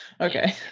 Okay